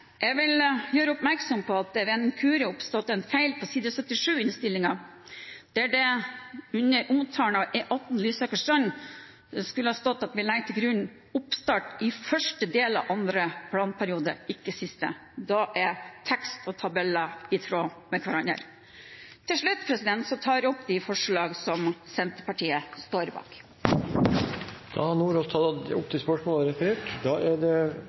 Jeg vil gjøre oppmerksom på at det ved en inkurie har oppstått en feil på side 77 i innstillingen. Der skulle det under omtalen av E18 Lysaker–Strand stått at vi legger til grunn oppstart i første del av andre planperiode, ikke siste. Da er tekst og tabeller i tråd med hverandre. Til slutt tar jeg opp de forslag som Senterpartiet står bak. Representanten Janne Sjelmo Nordås har tatt opp de forslagene hun refererte til. Det